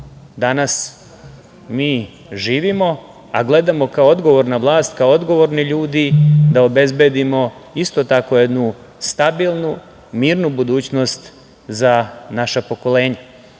danas mi živimo, a gledamo kao odgovorna vlast, kao odgovorni ljudi da obezbedimo isto tako jednu stabilnu, mirnu budućnost za naša pokolenja. Mi